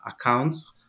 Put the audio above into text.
accounts